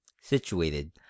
situated